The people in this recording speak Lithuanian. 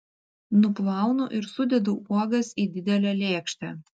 nuplaunu ir sudedu uogas į didelę lėkštę